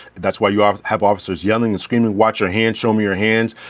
that's why you um have officers yelling and screaming, watch your hands, show me your hands.